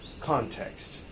context